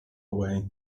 away